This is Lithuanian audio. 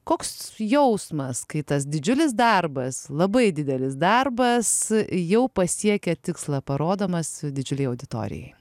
koks jausmas kai tas didžiulis darbas labai didelis darbas jau pasiekė tikslą parodomas didžiulei auditorijai